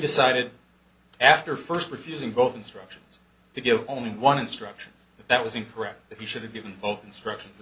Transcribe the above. decided after first refusing both instructions to give only one instruction that was incorrect if you should have given both instructions